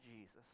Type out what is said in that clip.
Jesus